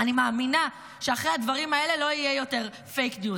ואני מאמינה שאחרי הדברים האלה לא יהיה יותר פייק ניוז.